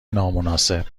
نامناسب